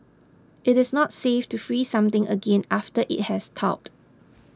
it is not safe to freeze something again after it has thawed